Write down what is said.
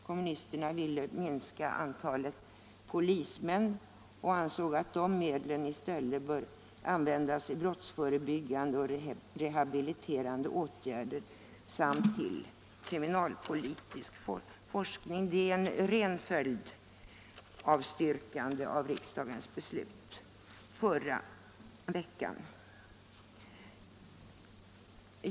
Kommunisterna ville då minska antalet polismän och ansåg att de medlen i stället borde användas till brottsförebyggande och rehabiliterande åtgärder samt till kriminalpolitisk forskning. Vårt avslagsyrkande är en ren följd av riksdagens beslut i förra veckan.